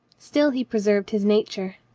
still he preserved his nature.